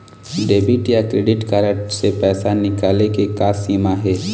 Debit या credit card से पैसा निकाले के का सीमा हे?